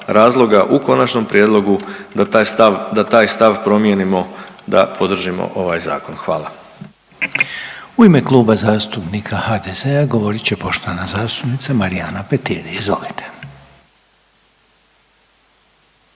razloga u konačnom prijedlogu da taj stav, da taj stav promijenimo da podržimo ovaj zakon, hvala. **Reiner, Željko (HDZ)** U ime Kluba zastupnika HDZ-a govorit će poštovana zastupnica Marijana Petir, izvolite.